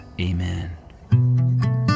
amen